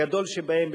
הגדול שבהם,